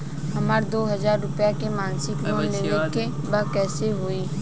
हमरा दो हज़ार रुपया के मासिक लोन लेवे के बा कइसे होई?